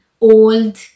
old